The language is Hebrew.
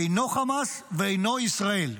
אינו חמאס ואינו ישראל,